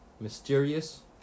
Mysterious